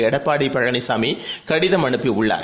எடப்பாடிபழனிசாமிகடிதம் அனுப்பியுள்ளார்